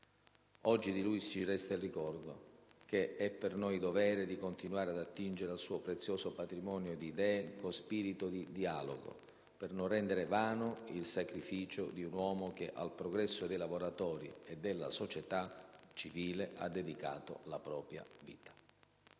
Oggi di lui ci resta il ricordo: è per noi dovere di continuare ad attingere al suo prezioso patrimonio di idee con spirito di dialogo, per non rendere vano il sacrificio di un uomo che al progresso dei lavoratori e della società civile ha dedicato la propria vita.